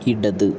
ഇടത്